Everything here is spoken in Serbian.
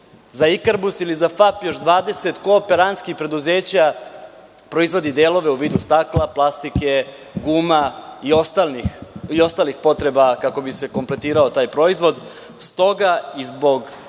Za „Ikarbus“ ili FAP još 20 kooperantskih preduzeća proizvodi delove u vidu stakla, plastike, guma i ostalih potreba kako bi se kompletirao taj proizvod. Stoga, i zbog